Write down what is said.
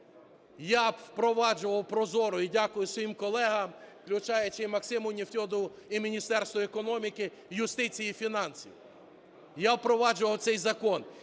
я впроваджував ProZorro, і дякую своїм колегам, включаючи і Максиму Нефьодову, і Міністерству економіки, юстиції і фінансів. Я впроваджував цей закон.